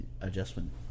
adjustment